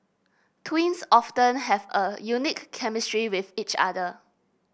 twins often have a unique chemistry with each other